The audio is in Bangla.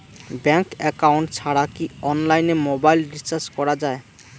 ব্যাংক একাউন্ট ছাড়া কি অনলাইনে মোবাইল রিচার্জ করা যায়?